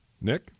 Nick